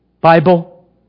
Bible